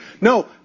No